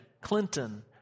Clinton